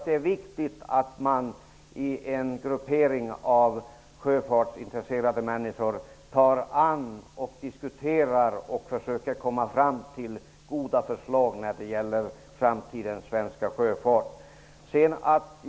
Det är viktigt att en grupp av sjöfartsintresserade människor tar upp, diskuterar och försöker komma fram till goda förslag om framtidens svenska sjöfart.